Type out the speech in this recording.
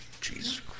Jesus